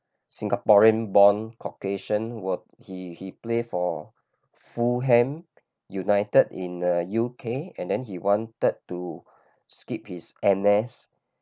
singaporean born Caucasian were he he play for Fulham United in uh U_K and then he wanted to skip his N_S